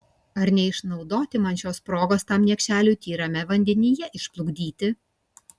ar neišnaudoti man šios progos tam niekšeliui tyrame vandenyje išplukdyti